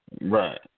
Right